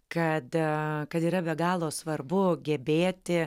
kad kad yra be galo svarbu gebėti